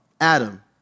Adam